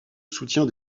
soutien